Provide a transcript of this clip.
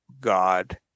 God